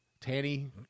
Tanny